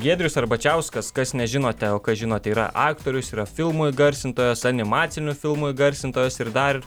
giedrius arbačiauskas kas nežinote o kas žinote yra aktorius yra filmų įgarsintojas animacinių filmų įgarsintojas ir dar